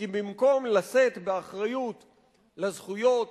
כי במקום לשאת באחריות לזכויות,